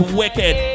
wicked